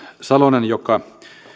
salonen joka